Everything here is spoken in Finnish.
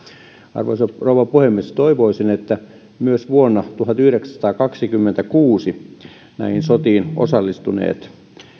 arvoisa rouva puhemies toivoisin että myös vuonna tuhatyhdeksänsataakaksikymmentäkuusi syntyneet näihin sotiin osallistuneet